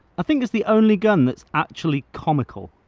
think it's the only gun that's actually comical.